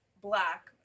black